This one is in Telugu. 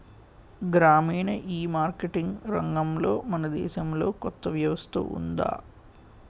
గ్రామీణ ఈమార్కెటింగ్ రంగంలో మన దేశంలో కొత్త వ్యవస్థ ఉందా?